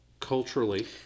Culturally